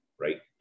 Right